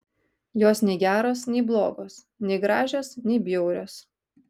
jos nei geros nei blogos nei gražios nei bjaurios